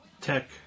tech